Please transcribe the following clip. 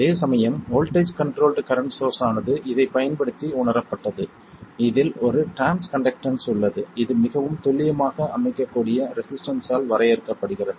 அதேசமயம் voltage controlled current source ஆனது இதைப் பயன்படுத்தி உணரப்பட்டது இதில் ஒரு டிரான்ஸ் கண்டக்டன்ஸ் உள்ளது இது மிகவும் துல்லியமாக அமைக்கக்கூடிய ரெசிஸ்டன்ஸ் ஆல் வரையறுக்கப்படுகிறது